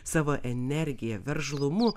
savo energija veržlumu